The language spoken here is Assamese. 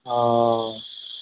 অঁ